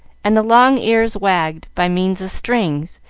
and the long ears wagged by means of strings,